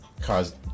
caused